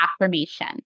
affirmation